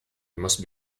must